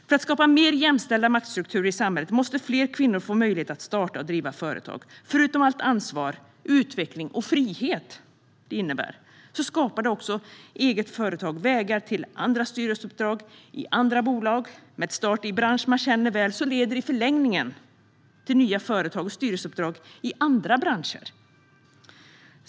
För att skapa mer jämställda maktstrukturer i samhället måste fler kvinnor få möjlighet att starta och driva företag. Förutom det ansvar, den utveckling och den frihet det innebär skapar ett eget företag också vägar till andra styrelseuppdrag i andra bolag. Man startar i en bransch som man känner väl och i förlängningen kan det leda till nya företag och styrelseuppdrag i andra branscher.